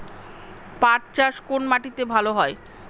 পাট চাষ কোন মাটিতে ভালো হয়?